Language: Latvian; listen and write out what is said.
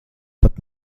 pat